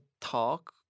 talk